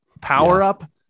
power-up